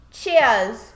Cheers